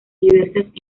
diversas